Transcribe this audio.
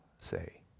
say